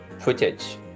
footage